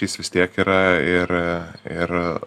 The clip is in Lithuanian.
jis vis tiek yra ir ir